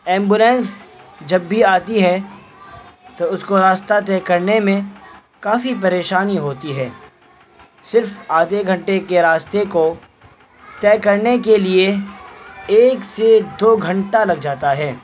ambulance جب بھی آتی ہے تو اس کو راستہ طے کرنے میں کافی پریشانی ہوتی ہے صرف آدھے گھنٹے کے راستے کو طے کرنے کے لیے ایک سے دو گھنٹہ لگ جاتا ہے